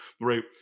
right